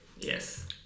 Yes